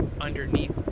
underneath